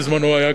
בזמנה,